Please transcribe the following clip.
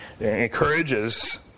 encourages